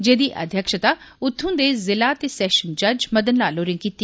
जेह्दी अध्यक्षता उत्थुआं दे जिला ते सैशन जज मदन लाल होरे कीती